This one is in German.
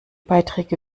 beiträge